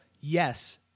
yes